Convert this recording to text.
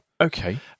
Okay